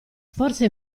forse